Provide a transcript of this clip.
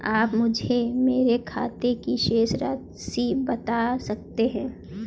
आप मुझे मेरे खाते की शेष राशि बता सकते हैं?